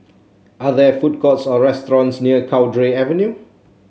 are there food courts or restaurants near Cowdray Avenue